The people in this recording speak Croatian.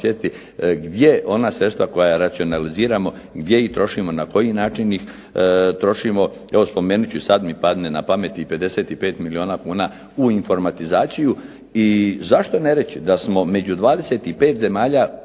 gdje ona sredstva koja racionaliziramo, gdje ih trošimo, na koji način ih trošimo. Evo spomenut ću, sad mi padne na pamet i 55 milijuna kuna u informatizaciju. I zašto ne reći da smo među 25 zemalja